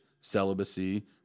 celibacy